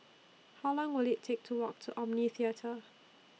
How Long Will IT Take to Walk to Omni Theatre